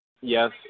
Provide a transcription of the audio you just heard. Yes